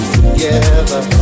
Together